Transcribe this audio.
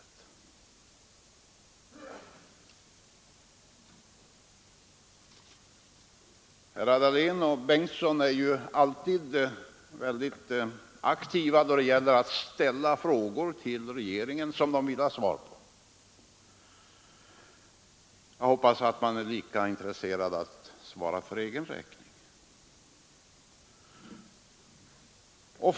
Herr Dahlén och herr Bengtson är alltid mycket aktiva då det gäller att till regeringen ställa frågor som de vill ha svar på. Jag hoppas att de är lika intresserade av att svara själva.